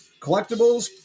Collectibles